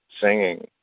singing